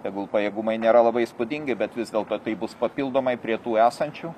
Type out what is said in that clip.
tegul pajėgumai nėra labai įspūdingi bet vis dėlto tai bus papildomai prie tų esančių